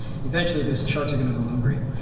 eventually, the sharks are going to go hungry,